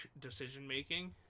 decision-making